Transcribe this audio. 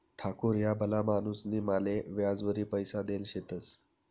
ठाकूर ह्या भला माणूसनी माले याजवरी पैसा देल शेतंस